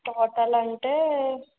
hotel అంటే